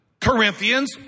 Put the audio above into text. Corinthians